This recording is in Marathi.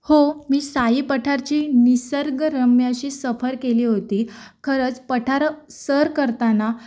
हो मी साई पठारची निसर्गरम्य अशी सफर केली होती खरंच पठारं सर करताना